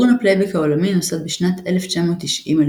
ארגון הפלייבק העולמי נוסד בשנת 1990 על